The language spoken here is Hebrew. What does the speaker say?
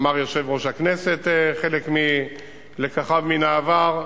אמר יושב-ראש הכנסת חלק מלקחיו מן העבר.